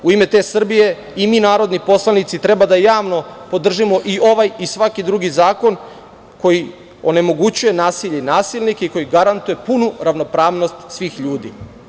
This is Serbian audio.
U ime te Srbije i mi narodni poslanici treba javno da podržimo i ovaj i svaki drugi zakon koji onemoguće nasilje i nasilnike i koji garantuje punu ravnopravnost svih ljudi.